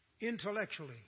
intellectually